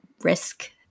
risk